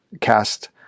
cast